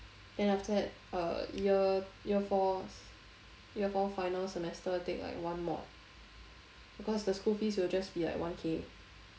then after that uh year year four year four final semester take like one mod because the school fees will just be like one k